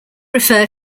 refer